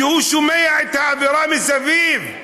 השומע את האווירה מסביב,